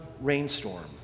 rainstorm